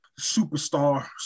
superstar